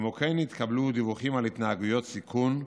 כמו כן התקבלו דיווחים על התנהגויות סיכון,